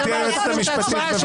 אתם מפריעים למהלך ההצבעה.